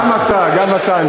גם אתה, גם אתה.